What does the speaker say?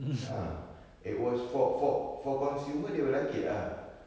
ah it was for for for consumer they will like it ah